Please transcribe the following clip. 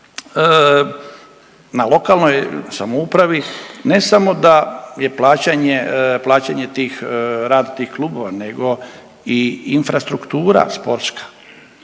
na lokalnoj samoupravi ne samo da je plaćanje, plaćanje tih rad tih klubova nego i infrastruktura sportska.